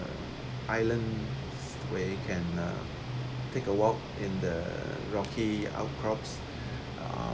islands where you can uh take a walk in the rocky out crops uh